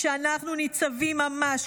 כשאנחנו ניצבים ממש,